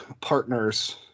partners